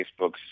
Facebook's